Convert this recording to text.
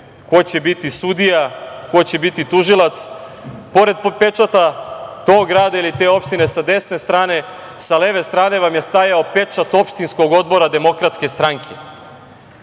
ko će biti sudija, ko će biti tužilac, pored pečata tog grada ili te opštine sa desne strane, sa leve strane vam je stajao pečat opštinskog odbora DS, pa tako